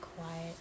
quiet